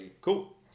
Cool